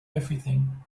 everything